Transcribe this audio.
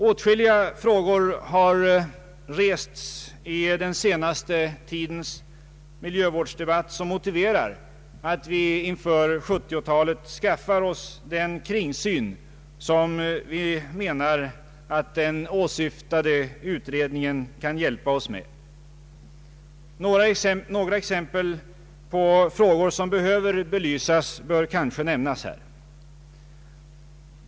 I den senaste tidens miljövårdsdebatt har rests åtskilliga frågor som motiverar att vi inför 1970-talet skaffar oss den kringsyn som vi menar att den åsyftade utredningen kan hjälpa oss Om ett miljövårdsprogram med. Några exempel på frågor som behöver belysas bör kanske nämnas här.